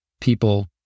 people